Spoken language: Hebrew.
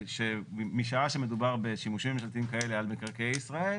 שמשעה שמדובר בשימושים ממשלתיים כאלה על מקרקעי ישראל,